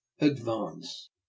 advance